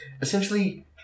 essentially